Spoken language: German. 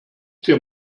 dir